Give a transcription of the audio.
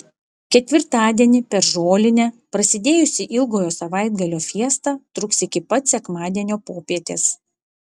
ketvirtadienį per žolinę prasidėjusi ilgojo savaitgalio fiesta truks iki pat sekmadienio popietės